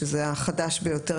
שזה החדש ביותר,